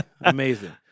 amazing